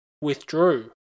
withdrew